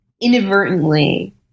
inadvertently